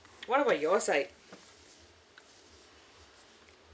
what about your side